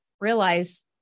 realize